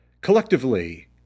Collectively